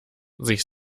sich